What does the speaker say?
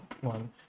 one